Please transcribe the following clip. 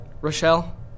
Rochelle